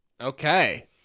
Okay